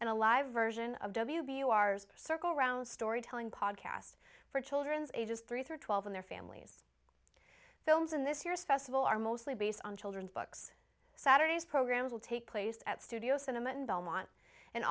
and a live version of w b you ares circle around storytelling podcast for children's ages three through twelve in their families films in this year's festival are mostly based on children's books saturday's programs will take place at studio cinema in belmont and